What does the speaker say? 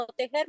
protegernos